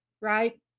right